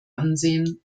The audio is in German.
ansehen